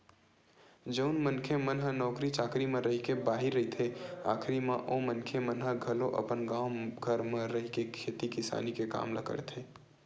जउन मनखे मन ह नौकरी चाकरी म रहिके बाहिर रहिथे आखरी म ओ मनखे मन ह घलो अपन गाँव घर म रहिके खेती किसानी के काम ल करथे